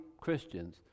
Christians